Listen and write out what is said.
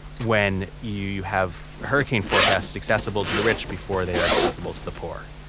when you you have hurricane forecasts accessible to the rich before they are accessible to the poor,